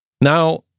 Now